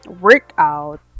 workout